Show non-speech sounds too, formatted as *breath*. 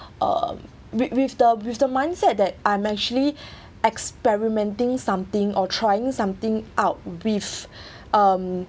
*breath* uh with with the with the mindset that I'm actually *breath* experimenting something or trying something out with *breath* um